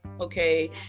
Okay